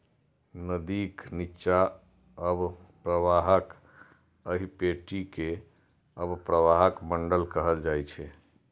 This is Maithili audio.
नदीक निच्चा अवप्रवाहक एहि पेटी कें अवप्रवाह मंडल कहल जाइ छै